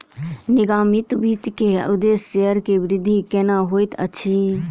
निगमित वित्त के उदेश्य शेयर के वृद्धि केनै होइत अछि